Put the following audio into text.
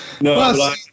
No